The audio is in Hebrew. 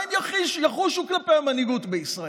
מה הם יחושו כלפי המנהיגות בישראל?